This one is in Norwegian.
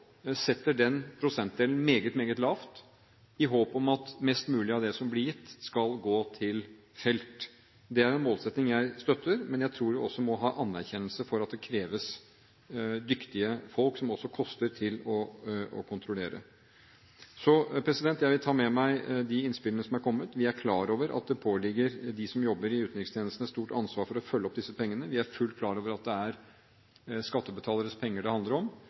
setter den prosentdelen meget, meget lavt i håp om at mest mulig av det som er gitt, skal gå til felt. Det er en målsetting jeg støtter, men jeg tror vi også må ha anerkjennelse for at det kreves dyktige folk, som også koster, til å kontrollere. Jeg vil ta med meg de innspillene som er kommet. Vi er klar over at det påligger dem som jobber i utenrikstjenesten, et stort ansvar for å følge opp disse pengene. Vi er fullt klar over at det er skattebetalernes penger det handler om.